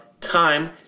time